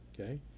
Okay